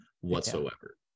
whatsoever